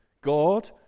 God